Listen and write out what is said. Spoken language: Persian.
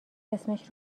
اسمش